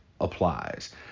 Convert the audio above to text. applies